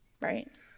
Right